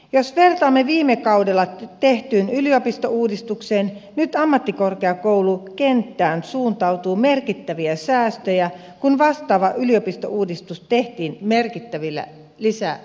jos vertaamme tätä viime kaudella tehtyyn yliopistouudistukseen nyt ammattikorkeakoulukenttään suuntautuu merkittäviä säästöjä kun vastaava yliopistouudistus tehtiin merkittävillä lisäresursseilla